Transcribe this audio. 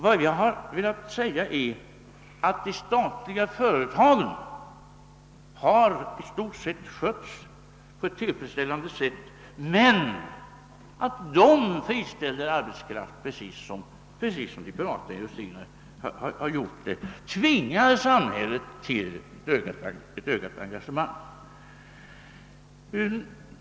Vad jag har velat säga är att de statliga företagen i stort sett har skötts på ett tillfredsställande sätt, men att de friställer arbetskraft precis som de privata industrierna har gjort och därmed tvingar samhället till ökat engagemang.